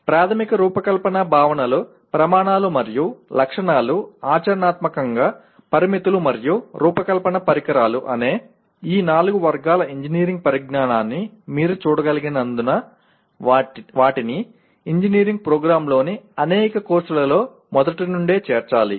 ప్రాథమిక రూపకల్పన భావనలు ప్రమాణాలు మరియు లక్షణాలు ఆచరణాత్మక పరిమితులు మరియు రూపకల్పన పరికరాలు అనే ఈ నాలుగు వర్గాల ఇంజనీరింగ్ పరిజ్ఞానాన్ని మీరు చూడగలిగినందున వాటిని ఇంజనీరింగ్ ప్రోగ్రామ్లోని అనేక కోర్సులలో మొదటి నుండే చేర్చాలి